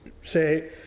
say